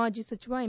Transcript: ಮಾಜಿ ಸಚಿವ ಎಂ